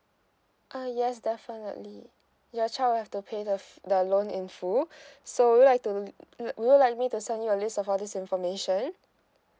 uh yes definitely your child will have to pay the f~ the loan in full so would you like to would you like me to send you a list of all this information